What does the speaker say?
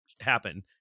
happen